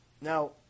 Now